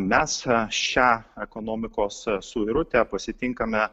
mes šią ekonomikos suirutę pasitinkame